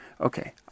Okay